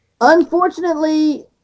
Unfortunately